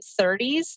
30s